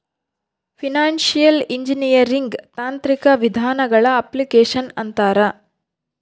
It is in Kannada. ಫೈನಾನ್ಶಿಯಲ್ ಇಂಜಿನಿಯರಿಂಗ್ ತಾಂತ್ರಿಕ ವಿಧಾನಗಳ ಅಪ್ಲಿಕೇಶನ್ ಅಂತಾರ